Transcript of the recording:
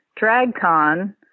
Dragcon